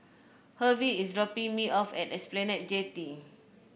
Hervey is dropping me off at Esplanade Jetty